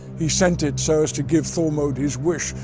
he sent it so as to give thormod his wish,